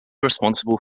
responsible